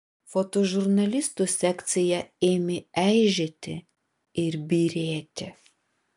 fotožurnalistų sekcija ėmė eižėti ir byrėti